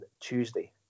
Tuesday